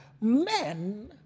men